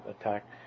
attack